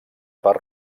per